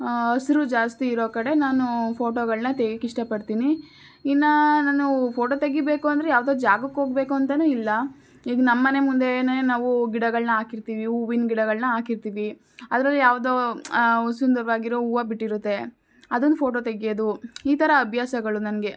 ಆಂ ಹಸ್ರು ಜಾಸ್ತಿ ಇರೊ ಕಡೆ ನಾನು ಫೋಟೊಗಳನ್ನ ತೆಗಿಯಕ್ಕೆ ಇಷ್ಟಪಡ್ತೀನಿ ಇನ್ನು ನಾನು ಫೋಟೊ ತೆಗಿಬೇಕು ಅಂದರೆ ಯಾವುದೋ ಜಾಗಕ್ಕೆ ಹೋಗ್ಬೇಕು ಅಂತನೂ ಇಲ್ಲ ಈಗ ನಮ್ಮ ಮನೆ ಮುಂದೇನೆ ನಾವು ಗಿಡಗಳನ್ನ ಹಾಕಿರ್ತಿವಿ ಹೂವಿನ ಗಿಡಗಳನ್ನ ಹಾಕಿರ್ತಿವಿ ಅದರಲ್ಲಿ ಯಾವುದೋ ಸುಂದರವಾಗಿರೊ ಹೂವ ಬಿಟ್ಟಿರುತ್ತೆ ಅದನ್ನ ಫೋಟೊ ತೆಗ್ಯೋದು ಈ ಥರ ಅಭ್ಯಾಸಗಳು ನನಗೆ